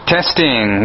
Testing